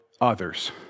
others